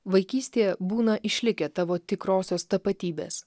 vaikystėje būna išlikę tavo tikrosios tapatybės